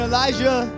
Elijah